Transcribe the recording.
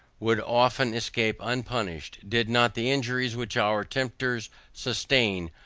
would often escape unpunished, did not the injuries which our tempers sustain,